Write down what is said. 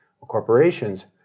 corporations